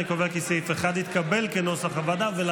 אני קובע כי סעיף 1, כנוסח הוועדה, התקבל.